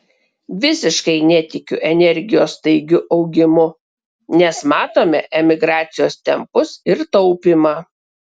visiškai netikiu energijos staigiu augimu nes matome emigracijos tempus ir taupymą